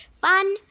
Fun